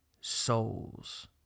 souls